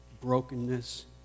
brokenness